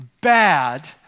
bad